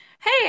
Hey